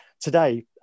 today